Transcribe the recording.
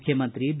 ಮುಖ್ಯಮಂತ್ರಿ ಬಿ